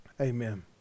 Amen